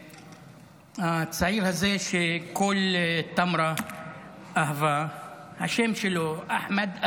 הצעיר הזה שכל טמרה אהבה, השם שלו אחמד אלחיר.